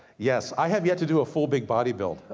yes i have yet to do a full big body build.